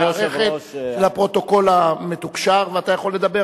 המערכת של הפרוטוקול המתוקשר, ואתה יכול לדבר.